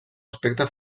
aspecte